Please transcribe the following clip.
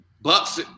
Bucks